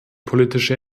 politische